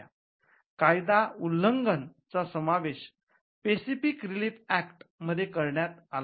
'कायदा उल्लंघन' चा समावेश स्पेसिफिक रिलीफ ऍक्ट विशेष सूट कायदा मध्ये करण्यात आला